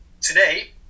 today